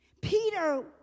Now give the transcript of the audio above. Peter